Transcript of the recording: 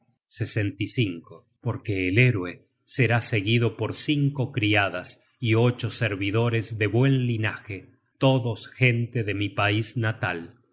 search generated at porque el héroe será seguido por cinco criadas y ocho servidores de buen linaje todos gente de mi pais natal y